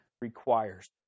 requires